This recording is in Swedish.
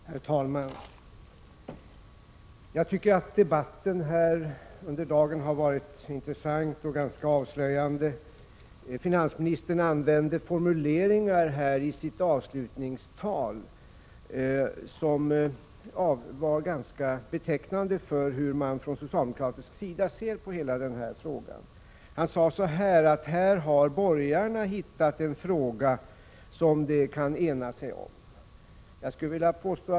Herr talman! Jag tycker att debatten här i dag har varit intressant och ganska avslöjande. Finansministern använde i sitt avslutningstal formuleringar som var betecknande för hur man från socialdemokratisk sida ser på hela den här frågan. Han sade att här har borgarna hittat en fråga som de kan ena sig om.